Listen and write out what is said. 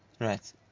Right